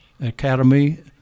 Academy